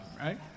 right